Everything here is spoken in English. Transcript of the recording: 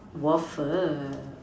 waffle